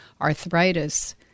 arthritis